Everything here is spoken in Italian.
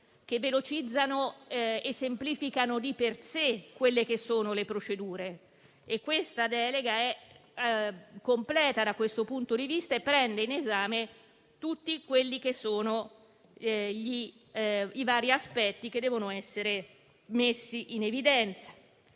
che velocizzano e semplificano di per sé le procedure. Questa delega è completa da questo punto di vista e prende in esame i vari aspetti che devono essere messi in evidenza.